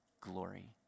glory